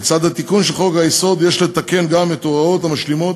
לצד התיקון של חוק-היסוד יש לתקן גם את ההוראות המשלימות